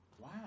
wow